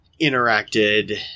interacted